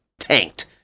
tanked